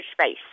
space